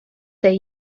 tej